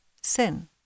sin